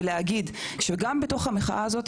ולהגיד שגם בתוך המחאה הזאת,